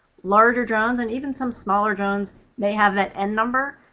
larger drones and even some smaller drones may have that n number.